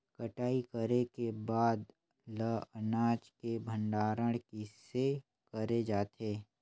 कटाई करे के बाद ल अनाज के भंडारण किसे करे जाथे?